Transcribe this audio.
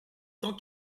cent